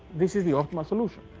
this is the optimal solution.